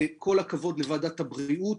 כל הכבוד לוועדת הבריאות